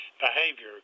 behavior